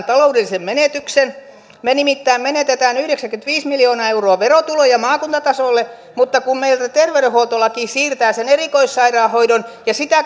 taloudellisen menetyksen me nimittäin menetämme yhdeksänkymmentäviisi miljoonaa euroa verotuloja maakuntatasolle mutta kun meiltä terveydenhuoltolaki siirtää sen erikoissairaanhoidon ja sitä